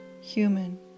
human